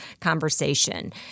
conversation